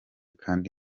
kandi